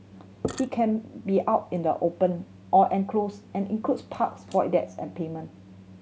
it can be out in the open or enclose and includes parks void decks and pavement